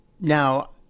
Now